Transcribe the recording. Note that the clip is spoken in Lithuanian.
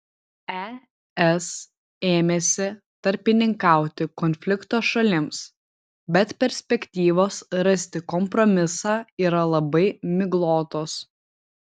es ėmėsi tarpininkauti konflikto šalims bet perspektyvos rasti kompromisą yra labai miglotos